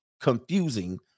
confusing